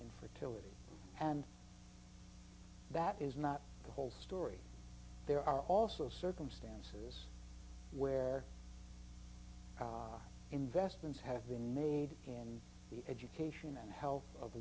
in fertility and that is not the whole story there are also circumstances where investments have been made in the education and health of